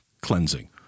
cleansing